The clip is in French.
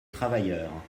travailleurs